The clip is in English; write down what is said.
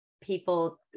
people